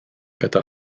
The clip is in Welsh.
gyda